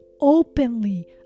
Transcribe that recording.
openly